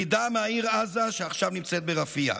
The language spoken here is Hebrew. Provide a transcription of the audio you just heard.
נידאא מהעיר עזה, שעכשיו נמצאת ברפיח: